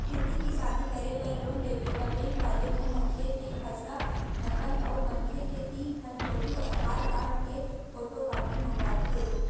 खेती किसानी करे बर लोन लेबे त बेंक वाले मन ह खेत के खसरा, नकल अउ मनखे के तीन ठन फोटू, आधार कारड के फोटूकापी मंगवाथे